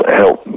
help